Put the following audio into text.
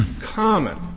common